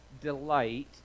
delight